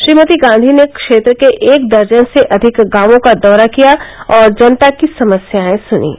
श्रीमती गांधी ने क्षेत्र के एक दर्जन से अधिक गांवों का दौरा किया और जनता की समस्यायें सुर्नीं